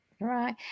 Right